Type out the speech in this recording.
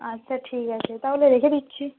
আচ্ছা ঠিক আছে তাহলে রেখে দিচ্ছি